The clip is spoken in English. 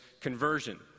conversion